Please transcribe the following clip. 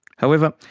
however,